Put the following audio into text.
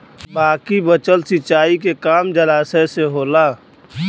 बाकी बचल सिंचाई के काम जलाशय से होला